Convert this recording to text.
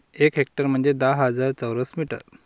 एक हेक्टर म्हंजे दहा हजार चौरस मीटर